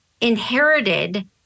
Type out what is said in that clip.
inherited